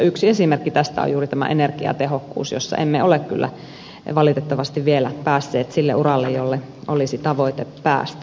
yksi esimerkki tästä on juuri tämä energiatehokkuus jossa emme ole kyllä valitettavasti vielä päässeet sille uralle jolle olisi tavoite päästä